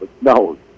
No